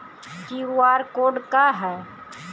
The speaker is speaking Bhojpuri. क्यू.आर कोड का ह?